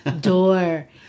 door